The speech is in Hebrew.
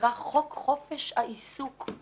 שנקרא חוק חופש העיסוק.